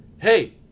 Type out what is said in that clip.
hey